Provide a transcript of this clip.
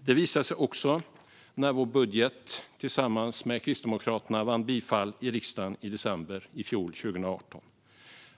Det visade sig också när vår budget tillsammans med Kristdemokraterna vann bifall i riksdagen i december 2018.